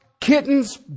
kittens